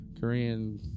Korean